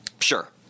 Sure